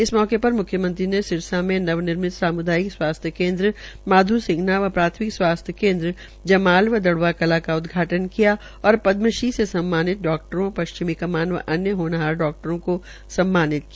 इस मौके र म्खतमंत्री ने सिरसा में नव निर्मित साम्दायिक स्वास्थ्य केंद्र माध्सिं ना व प्राथमिक स्वास्थ्य केन्द्र जमाल व दड़वा कलां का उद ाटन किया और द्मश्री से सम्मानित डॉक्टरों श्चिमी कमान व अन्य होनहार डॉक्टरों को सम्मानित किया